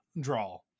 draw